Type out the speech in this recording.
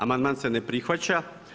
Amandman se ne prihvaća.